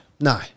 No